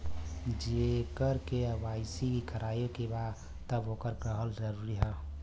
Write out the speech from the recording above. जेकर के.वाइ.सी करवाएं के बा तब ओकर रहल जरूरी हे?